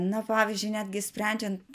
na pavyzdžiui netgi sprendžiant